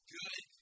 good